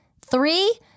three